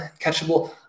catchable